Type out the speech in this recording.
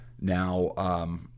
Now